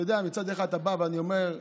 אתה יודע, מצד אחד אני בא ואני אומר: